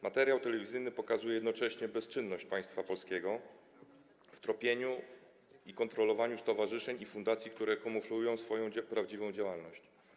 Materiał telewizyjny pokazuje jednocześnie bezczynność państwa polskiego w tropieniu i kontrolowaniu stowarzyszeń i fundacji, które kamuflują swoją prawdziwą działalność.